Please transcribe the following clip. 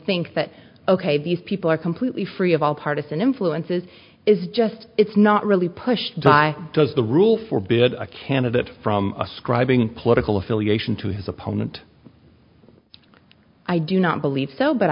think that ok these people are completely free of all partisan influences is just it's not really pushed by does the rule for big a candidate from ascribing political affiliation to his opponent i do not believe so but